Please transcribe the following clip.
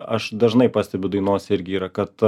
aš dažnai pastebiu dainos irgi yra kad